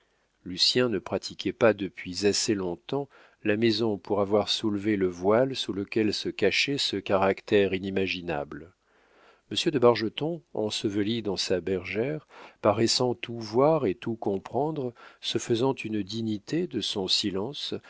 député lucien ne pratiquait pas depuis assez long-temps la maison pour avoir soulevé le voile sous lequel se cachait ce caractère inimaginable monsieur de bargeton enseveli dans sa bergère paraissant tout voir et tout comprendre se faisant une dignité de son silence